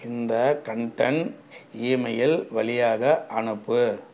இந்த content email வழியாக அனுப்பு